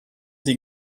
die